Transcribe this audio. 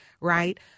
right